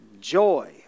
joy